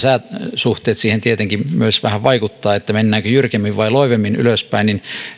sääolosuhteet siihen tietenkin myös vähän vaikuttavat mennäänkö jyrkemmin vai loivemmin ylöspäin niin